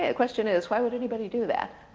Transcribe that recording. ah question is, why would anybody do that?